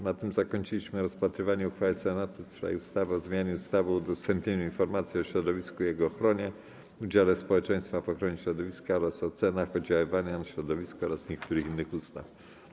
Na tym zakończyliśmy rozpatrywanie uchwały Senatu w sprawie ustawy o zmianie ustawy o udostępnianiu informacji o środowisku i jego ochronie, udziale społeczeństwa w ochronie środowiska oraz o ocenach oddziaływania na środowisko oraz niektórych innych ustaw.